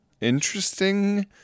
interesting